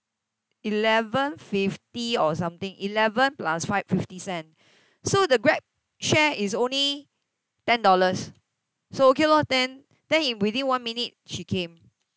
eleven fifty or something eleven plus five fifty cent so the GrabShare is only ten dollars so okay lor ten then in within one minute she came